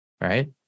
right